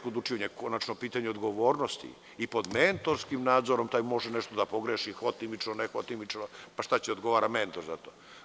Konačno, pitanje odgovornosti i pod mentorskim nadzorom, taj može nešto da pogreši, hotimično, nehotimično, pa šta će, da odgovara mentor za to?